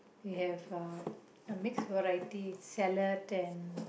they have uh a mix variety salad and